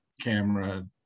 camera